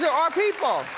so our people.